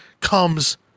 comes